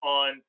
on